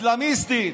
האסלמיסטית,